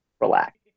relax